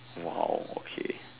!wow! okay